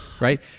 Right